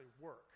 work